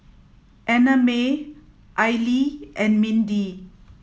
Annamae Aili and Mindy